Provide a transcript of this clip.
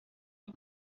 een